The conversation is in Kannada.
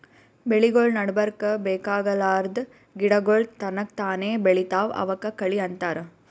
ಬೆಳಿಗೊಳ್ ನಡಬರ್ಕ್ ಬೇಕಾಗಲಾರ್ದ್ ಗಿಡಗೋಳ್ ತನಕ್ತಾನೇ ಬೆಳಿತಾವ್ ಅವಕ್ಕ ಕಳಿ ಅಂತಾರ